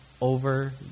over